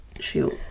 Shoot